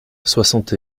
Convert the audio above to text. soixante